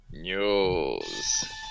news